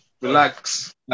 Relax